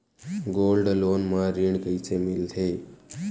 Gold loan म ऋण कइसे मिलथे?